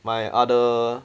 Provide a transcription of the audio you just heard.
my other